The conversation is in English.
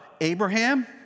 Abraham